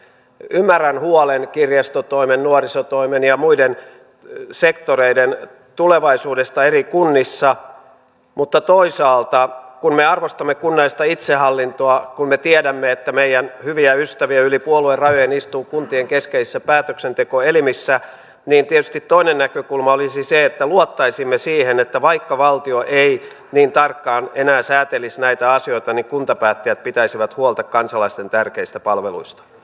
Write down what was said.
ymmärrän huolen kirjastotoimen nuorisotoimen ja muiden sektoreiden tulevaisuudesta eri kunnissa mutta toisaalta kun me arvostamme kunnallista itsehallintoa kun me tiedämme että meidän hyviä ystäviämme yli puoluerajojen istuu kuntien keskeisissä päätöksentekoelimissä tietysti toinen näkökulma olisi se että luottaisimme siihen että vaikka valtio ei niin tarkkaan enää säätelisi näitä asioita niin kuntapäättäjät pitäisivät huolta kansalaisten tärkeistä palveluista